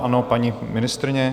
Ano, paní ministryně.